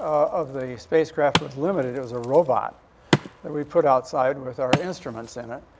of the spacecraft but was limited. it was a robot that we put outside with our instruments in it.